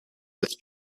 with